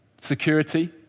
security